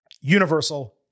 Universal